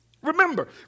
Remember